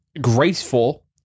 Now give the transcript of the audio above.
graceful